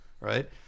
Right